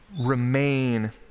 remain